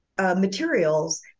materials